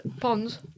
Ponds